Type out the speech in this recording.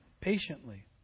patiently